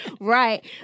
Right